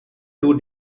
two